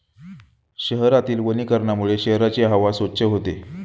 शहरातील वनीकरणामुळे शहराची हवा स्वच्छ होते